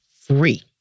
free